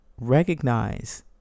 recognize